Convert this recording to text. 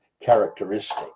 characteristic